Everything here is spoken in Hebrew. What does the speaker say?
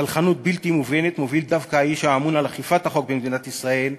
סלחנות בלתי מובנת מוביל דווקא האיש האמון על אכיפת החוק במדינת ישראל,